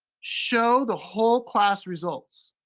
show the whole class results.